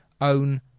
own